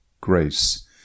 grace